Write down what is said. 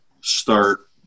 start